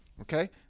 okay